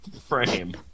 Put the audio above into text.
frame